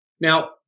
Now